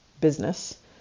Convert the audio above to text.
business